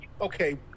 Okay